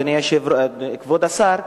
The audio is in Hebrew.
כבוד השר,